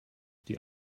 die